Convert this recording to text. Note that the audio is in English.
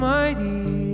mighty